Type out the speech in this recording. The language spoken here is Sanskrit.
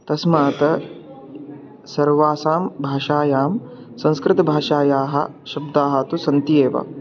तस्मात् सर्वासां भाषायां संस्कृतभाषायाः शब्दाः तु सन्ति एव